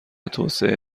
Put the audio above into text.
توسعه